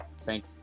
Thank